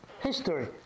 history